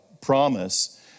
promise